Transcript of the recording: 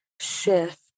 shift